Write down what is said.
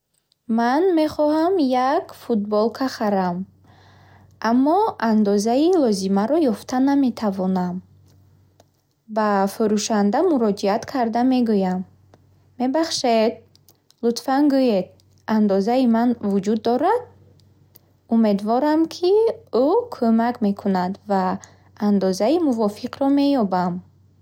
Ман мехоҳам як футболка харам, аммо андозаи лозимаро ёфта наметавонам. Ба фурӯшанда муроҷиат карда мегӯям: “Мебахшед, лутфан гӯед, андозаи ман вуҷуд дорад?” Умедворам, ки ӯ кӯмак мекунад ва андозаи мувофиқро меёбам.